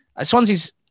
swansea's